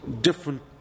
different